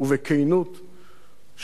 שלא ניתן לעמוד בפניה.